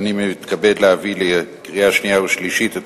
מתכבד להביא לקריאה שנייה וקריאה שלישית את